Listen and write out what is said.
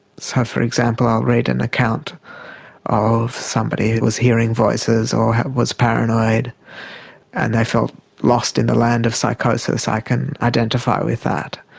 so, for example, i'll read an account of somebody who was hearing voices or was paranoid and they felt lost in the land of psychosis, i can identify with that,